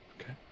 Okay